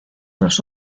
los